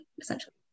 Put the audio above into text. essentially